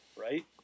right